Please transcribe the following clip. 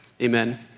Amen